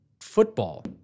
football